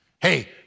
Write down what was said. hey